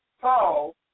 Paul